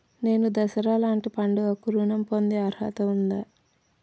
నేను దసరా లాంటి పండుగ కు ఋణం పొందే అర్హత ఉందా?